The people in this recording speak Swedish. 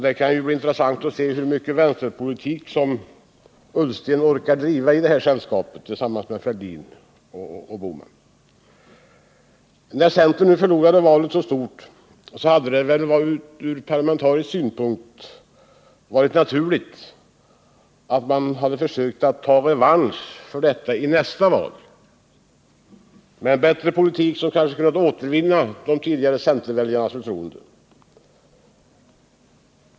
Det skall bli intressant att se hur mycket vänsterpolitik Ola Ullsten orkar bedriva tillsammans med Bohman och Fälldin. När centern nu förlorade valet så stort hade det väl från parlamentarisk synpunkt varit naturligt att man försökt ta revansch i nästa val. Med en bättre politik hade man kanske kunnat återvinna centerväljarnas förtroende.